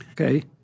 Okay